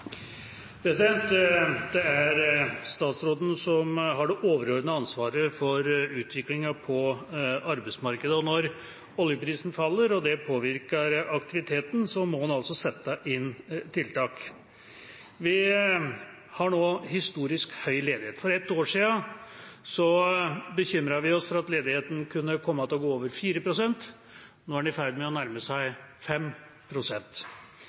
utviklinga på arbeidsmarkedet, og når oljeprisen faller, og det påvirker aktiviteten, må en altså sette inn tiltak. Vi har nå en historisk høy ledighet. For ett år siden bekymret vi oss for at ledigheten kunne komme til å gå over 4 pst. Nå er den i ferd med å nærme seg